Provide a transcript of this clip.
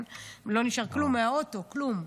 לא נשאר כלום מהאוטו, כלום.